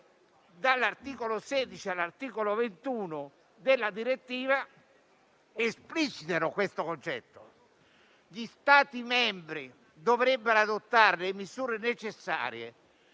dall'articolo 16 all'articolo 21 della direttiva esplicitano questo concetto: gli Stati membri dovrebbero adottare le misure necessarie